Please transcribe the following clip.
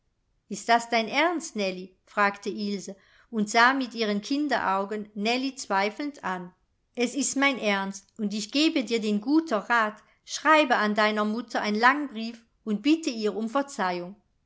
ist das dein ernst nellie fragte ilse und sah mit ihren kinderaugen nellie zweifelnd an es ist mein ernst und ich gebe dir den guter rat schreibe an deiner mutter ein lang brief und bitte ihr um verzeihung